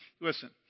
Listen